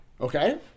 okay